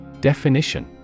Definition